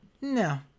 No